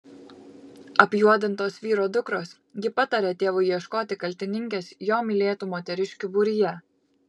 apjuodintos vyro dukros gi pataria tėvui ieškoti kaltininkės jo mylėtų moteriškių būryje